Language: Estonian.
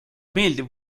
meeldiv